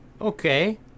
okay